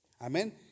Amen